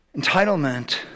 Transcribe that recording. Entitlement